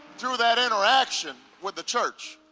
through that interaction with the church,